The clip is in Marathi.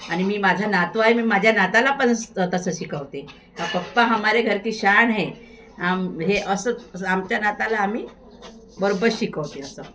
आणि मी माझा तू आ आहे मी माझ्या नाताला पण तसं शिकवते पप्पा हमारे घरकी शान है आम हे असंं आमच्या नाताला आम्ही बरोबर शिकवते असं